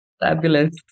fabulous